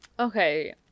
Okay